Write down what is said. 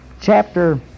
chapter